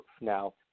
Now